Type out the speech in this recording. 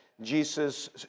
Jesus